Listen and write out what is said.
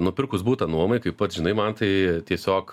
nupirkus butą nuomai kaip pats žinai mantai tiesiog